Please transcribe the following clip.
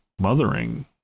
mothering